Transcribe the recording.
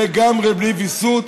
לגמרי בלי ויסות,